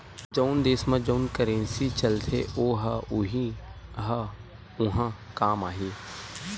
जउन देस म जउन करेंसी चलथे ओ ह उहीं ह उहाँ काम आही